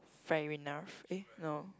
fair enough eh no